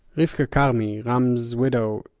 rivka karmi, ram's widow,